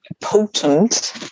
potent